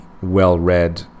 well-read